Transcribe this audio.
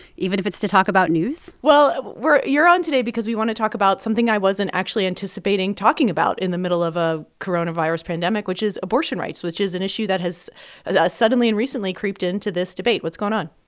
even if it's to talk about news well, we're you're on today because we want to talk about something i wasn't actually anticipating talking about in the middle of a coronavirus pandemic, which is abortion rights, which is an issue that has ah suddenly and recently creeped into this debate. what's going on?